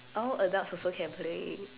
oh adults also can play